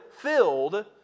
filled